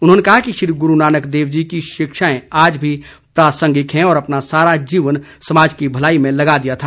उन्होंने कहा कि श्री गुरू नानक देव जी की शिक्षाएं आज भी प्रासंगिक है और अपना सारा जीवन समाज की भलाई में लगा दिया था